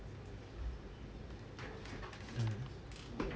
mmhmm